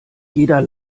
jeder